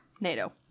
NATO